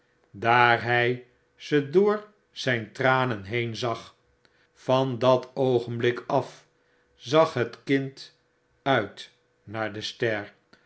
daar hy ze door zijn tranen heen zag van dat oogenblik af zag het kind uit naar de ster